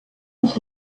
uns